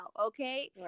okay